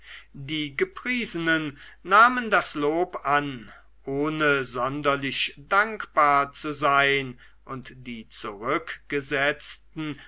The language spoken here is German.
die gepriesenen nahmen das lob an ohne sonderlich dankbar zu sein und die zurückgesetzten